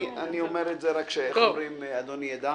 אני אומר את זה כדי שאדוני יידע.